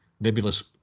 nebulous